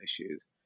issues